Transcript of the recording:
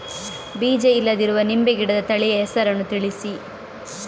ಬೀಜ ಇಲ್ಲದಿರುವ ನಿಂಬೆ ಗಿಡದ ತಳಿಯ ಹೆಸರನ್ನು ತಿಳಿಸಿ?